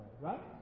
right